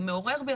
זה מעורר בי,